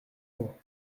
mons